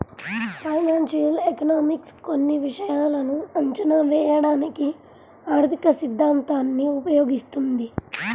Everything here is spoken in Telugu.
ఫైనాన్షియల్ ఎకనామిక్స్ కొన్ని విషయాలను అంచనా వేయడానికి ఆర్థికసిద్ధాంతాన్ని ఉపయోగిస్తుంది